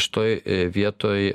šitoj vietoj